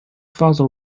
father